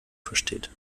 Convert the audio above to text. versteht